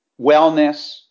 wellness